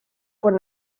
con